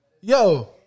yo